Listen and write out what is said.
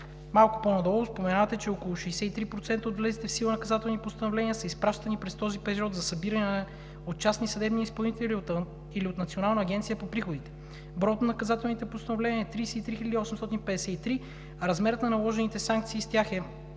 Малко по-надолу споменавате, че около 63% от влезлите в сила наказателни постановления са изпращани през този период за събиране от частни съдебни изпълнители или от Националната агенция по приходите. Броят на наказателните постановления е 33 853, а размерът на наложените санкции с тях е